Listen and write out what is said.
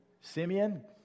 Simeon